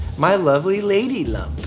my lovely lady lump.